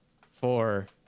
four